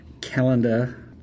calendar